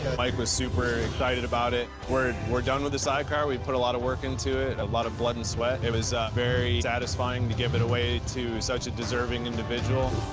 mike was super excited about it. we're we're done with the sidecar. we put a lot of work into it, a lot of blood and sweat. it was very satisfying to give it away to such a deserving individual.